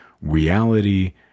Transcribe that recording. reality